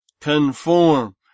Conform